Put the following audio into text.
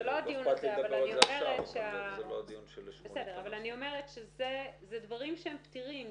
זה דברים שהם פתירים,